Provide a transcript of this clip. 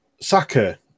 Saka